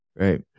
right